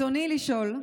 ברצוני לשאול,